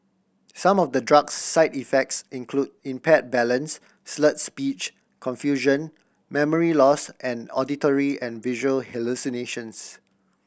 some of the drug's side effects include impaired balance slurred speech confusion memory loss and auditory and visual hallucinations